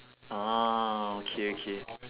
ah okay okay